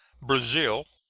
brazil,